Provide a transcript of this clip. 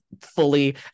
fully